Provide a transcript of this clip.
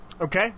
Okay